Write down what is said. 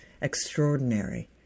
extraordinary